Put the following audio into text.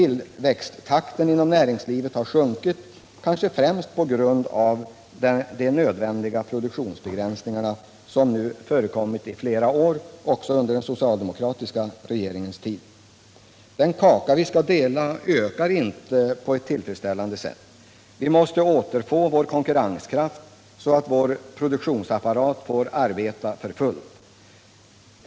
Tillväxttakten inom näringslivet har sjunkit, kanske främst på grund av de nödvändiga produktionsbegränsningarna som nu förekommit i flera år, också under den socialdemokratiska regeringens tid. Den kaka vi skall dela ökar inte på ett tillfredsställande sätt. Vi måste återfå vår konkurrenskraft, så att vår produktionsapparat får arbeta för fullt.